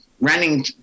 running